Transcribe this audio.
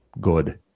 good